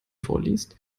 vorliest